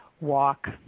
walk